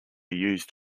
used